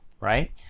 right